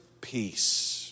peace